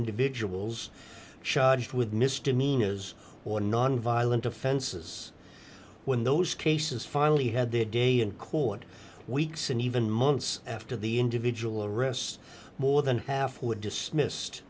individuals with misdemeanors or nonviolent offenses when those cases finally had their day in court weeks and even months after the individual arrests more than half would dismissed